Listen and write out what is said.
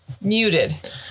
muted